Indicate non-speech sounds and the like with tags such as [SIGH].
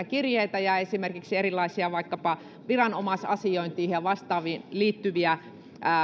[UNINTELLIGIBLE] kirjeitä ja esimerkiksi erilaisia vaikkapa viranomaisasiointiin ja ja vastaaviin liittyviä